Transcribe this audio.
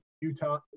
Utah